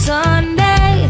Sunday